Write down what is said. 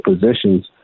positions